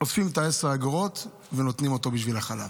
אוספים את עשרות האגורות ונותנים אותן בשביל החלב.